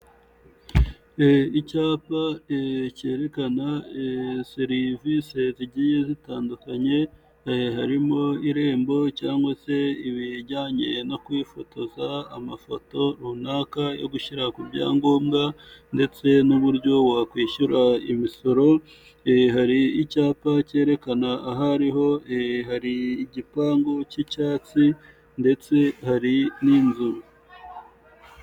Icyapa cyerekana serivisi rigiye zitandukanye harimo irembo cyangwa se ibijyanye no kwifotoza, amafoto runaka yo gushyira ku byangombwa ndetse n'uburyo wakwishyura imisoro. Hari icyapa cyerekana aho ariho, hari igipangu cy'icyatsi ndetse hari n'inzu.